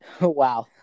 Wow